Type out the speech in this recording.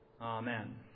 amen